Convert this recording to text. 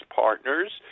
partners